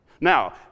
Now